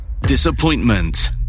disappointment